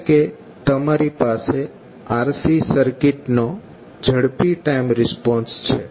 એટલે કે તમારી પાસે RC સર્કિટનો ઝડપી ટાઈમ રિસ્પોન્સ છે